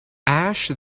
ashe